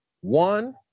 one